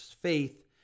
faith